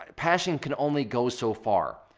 passion can only go so far.